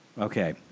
Okay